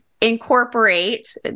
incorporate